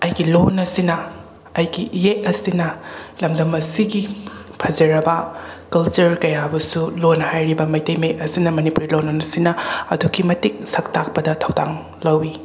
ꯑꯩꯒꯤ ꯂꯣꯟ ꯑꯁꯤꯅ ꯑꯩꯒꯤ ꯏꯌꯦꯛ ꯑꯁꯤꯅ ꯂꯝꯗꯝ ꯑꯁꯤꯒꯤ ꯐꯖꯔꯕ ꯀꯜꯆꯔ ꯀꯌꯥꯕꯨꯁꯨ ꯂꯣꯟ ꯍꯥꯏꯔꯤꯕ ꯃꯩꯇꯩ ꯃꯌꯦꯛ ꯑꯁꯤꯅ ꯃꯅꯤꯄꯨꯔꯤ ꯂꯣꯟ ꯑꯁꯤꯅ ꯑꯗꯨꯛꯀꯤ ꯃꯇꯤꯛ ꯁꯛ ꯇꯥꯛꯄꯗ ꯊꯧꯗꯥꯡ ꯂꯧꯋꯤ